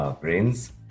brains